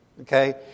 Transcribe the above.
okay